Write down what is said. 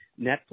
Netflix